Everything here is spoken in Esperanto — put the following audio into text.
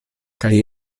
kaj